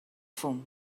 fum